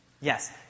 yes